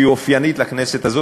שהיא אופיינית לכנסת הזאת.